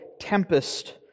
tempest